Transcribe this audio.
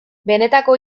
benetako